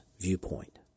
viewpoint